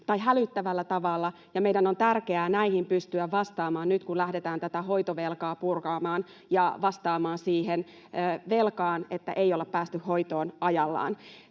hälyttävällä tavalla, ja meidän on tärkeää näihin pystyä vastaamaan nyt, kun lähdetään tätä hoitovelkaa purkamaan ja vastaamaan siihen velkaan, että ei olla päästy hoitoon ajallaan.